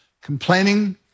Complaining